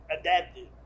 Adaptive